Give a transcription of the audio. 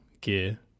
Gear